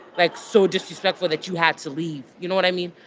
like so disrespectful that you had to leave. you know what i mean?